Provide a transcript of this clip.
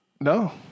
No